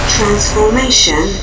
Transformation